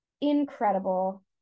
Incredible